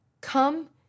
Come